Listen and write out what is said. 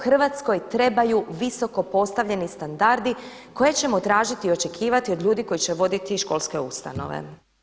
Hrvatskoj trebaju visoko postavljeni standardi koje ćemo tražiti i očekivati od ljudi koji će voditi školske ustanove.